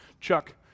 Chuck